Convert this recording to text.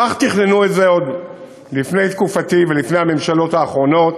כך תכננו את זה עוד לפני תקופתי ולפני הממשלות האחרונות